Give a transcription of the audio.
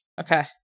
Okay